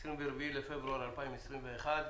ה-24 בפברואר 2021,